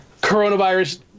coronavirus